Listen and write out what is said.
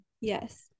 Yes